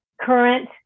current